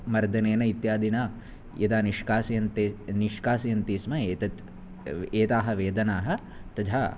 मर्दनेन इत्यादिना यदा निष्कासयन्ते निष्कासयन्ति स्म एतद् एताः वेदनाः तदा